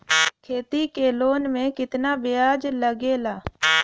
खेती के लोन में कितना ब्याज लगेला?